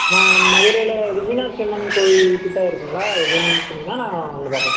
நான் மதுரையில் இது மீனாட்சி அம்மன் கோயில் கிட்டே இருக்குதுங்களா எதுன்னு சொன்னீங்கன்னால் நான் வந்து பார்ப்பேன்